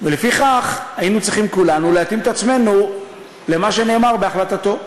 ולפיכך היינו צריכים כולנו להתאים את עצמנו למה שנאמר בהחלטתו.